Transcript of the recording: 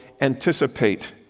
anticipate